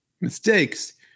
mistakes